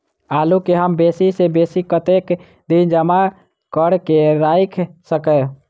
आलु केँ हम बेसी सऽ बेसी कतेक दिन जमा कऽ क राइख सकय